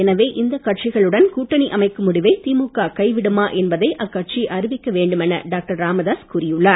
எனவே இந்த கட்சிகளுடன் கூட்டணி அமைக்கும் முடிவை திமுக கைவிடுமா என்பதை அக்கட்சி அறிவிக்க வேண்டும் என டாக்டர் ராமதாஸ் கூறி உள்ளார்